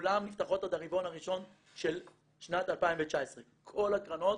כולן נפתחות עד הרבעון הראשון של שנת 2019. כל הקרנות.